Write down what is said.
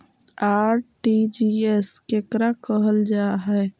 RTGS केकरा कहल जा है?